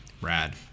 Rad